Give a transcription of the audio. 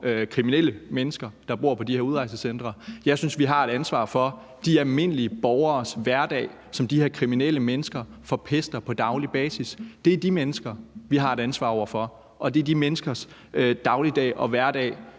kriminelle mennesker, der bor på de her udrejsecentre. Jeg synes, vi har et ansvar for de almindelige borgeres hverdag, som de her kriminelle mennesker forpester på daglig basis. Det er de mennesker, vi har et ansvar over for, og det er de menneskers dagligdag og hverdag